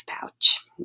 pouch